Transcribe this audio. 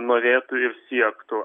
norėtų ir siektų